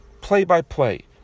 play-by-play